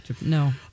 No